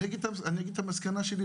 אפרת,